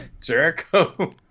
Jericho